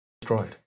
destroyed